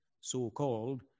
so-called